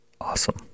Awesome